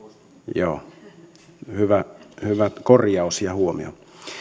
joo hyvä korjaus ja huomio